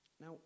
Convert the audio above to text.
Now